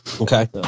Okay